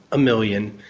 ah million,